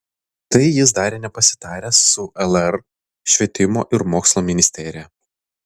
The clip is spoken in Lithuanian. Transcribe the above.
tai jis darė nepasitaręs su lr švietimo ir mokslo ministerija